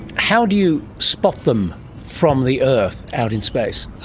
how do you spot them from the earth out in space? ah,